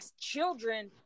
children